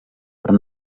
però